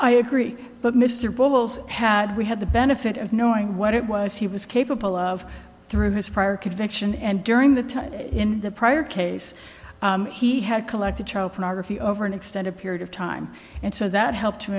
i agree but mr bowles had we had the benefit of knowing what it was he was capable of through his prior conviction and during the time in the prior case he had collected child pornography over an extended period of time and so that helped to